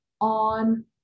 on